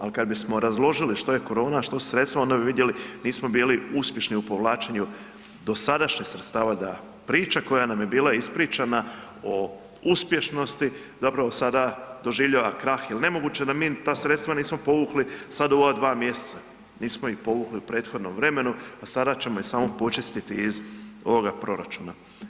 Al kad bismo razložili što je korona, a što su sredstva, onda bi vidjeli, nismo bili uspješni u povlačenju dosadašnjih sredstava, da priča koja nam je bila ispričana o uspješnosti zapravo sada doživljava krah jel nemoguće da mi ta sredstva nismo povukli sad u ova dva mjeseca, nismo ih povukli u prethodnom vremenu, a sada ćemo ih samo počistiti iz ovoga proračuna.